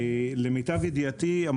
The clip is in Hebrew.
למיטב ידיעתי,